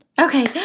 Okay